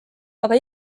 aga